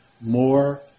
more